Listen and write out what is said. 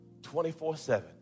24-7